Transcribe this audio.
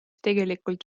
tegelikult